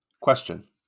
Question